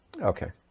Okay